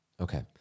Okay